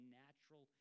natural